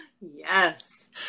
Yes